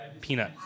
peanut